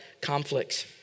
conflicts